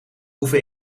oefen